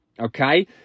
okay